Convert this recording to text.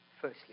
firstly